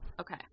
Okay